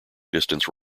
distance